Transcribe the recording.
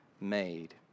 made